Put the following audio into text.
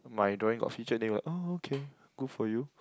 my drawing got featured there what okay good for you